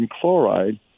chloride